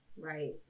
right